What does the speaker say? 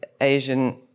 Asian